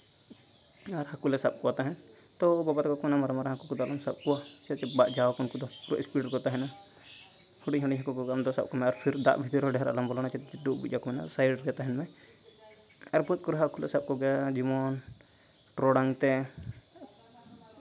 ᱟᱨ ᱦᱟᱹᱠᱩ ᱞᱮ ᱥᱟᱵ ᱠᱚ ᱛᱟᱦᱮᱱ ᱛᱚ ᱵᱟᱵᱟ ᱛᱟᱠᱚ ᱢᱮᱱᱟ ᱩᱱᱟᱹᱜ ᱢᱟᱨᱟᱝ ᱢᱟᱨᱟᱝ ᱦᱟᱹᱠᱩ ᱠᱚᱫᱚ ᱟᱞᱚᱢ ᱥᱟᱵ ᱠᱚᱣᱟ ᱥᱮ ᱵᱟᱡᱟᱣ ᱟᱠᱚ ᱩᱱᱠᱩ ᱫᱚ ᱯᱩᱨᱟᱹ ᱥᱯᱤᱰ ᱨᱮᱠᱚ ᱛᱟᱦᱮᱱᱟ ᱦᱩᱰᱤᱧ ᱦᱟᱹᱠᱩ ᱠᱚᱜᱮ ᱟᱢ ᱫᱚ ᱥᱟᱵ ᱠᱚᱢᱮ ᱟᱨ ᱯᱷᱤᱨ ᱫᱟᱜ ᱵᱷᱤᱛᱤᱨ ᱦᱚᱸ ᱰᱷᱮᱨ ᱟᱞᱚᱢ ᱵᱚᱞᱚᱱᱟ ᱥᱟᱭᱤᱰ ᱨᱮᱜᱮ ᱛᱟᱦᱮᱱ ᱢᱮ ᱟᱨ ᱠᱚᱨᱮ ᱦᱚᱸ ᱦᱟᱹᱠᱩ ᱥᱟᱵ ᱠᱚᱜᱮᱭᱟ ᱡᱮᱢᱚᱱ ᱴᱚᱨᱚᱰᱟᱝ ᱛᱮ